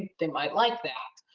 they might like that.